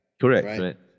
Correct